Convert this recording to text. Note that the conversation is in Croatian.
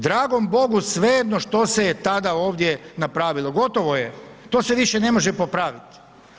Dragom Bogu svejedno što se je tada ovdje napravilo, gotovo je, to se više ne može popraviti.